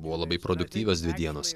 buvo labai produktyvios dienos